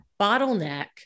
bottleneck